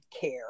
care